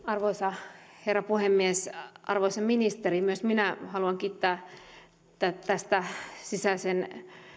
arvoisa herra puhemies arvoisa ministeri myös minä haluan kiittää tästä sisäisen